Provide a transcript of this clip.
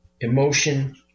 emotion